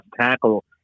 tackle